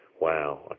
Wow